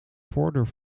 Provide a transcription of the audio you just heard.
voordeur